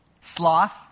Sloth